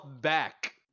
back